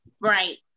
Right